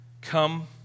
Come